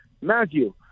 Matthew